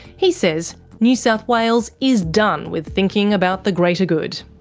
he says new south wales is done with thinking about the greater good.